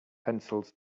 pencils